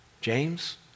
James